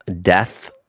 death